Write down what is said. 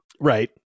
Right